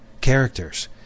characters